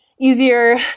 easier